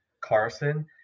Carson